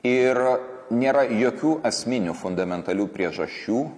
ir nėra jokių esminių fundamentalių priežasčių